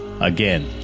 again